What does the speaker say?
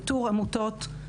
איתור עמותות.